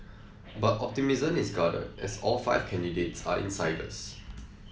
but optimism is guarded as all five candidates are insiders